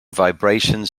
vibrations